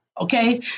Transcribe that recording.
okay